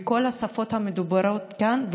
בכל השפות המדוברות כאן,